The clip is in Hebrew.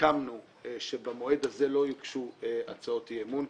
הסכמנו שבמועד הזה לא יוגשו הצעות אי אמון,